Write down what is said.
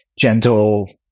gentle